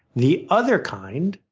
the other kind,